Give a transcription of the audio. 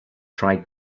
tried